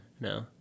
No